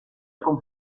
con